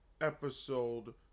episode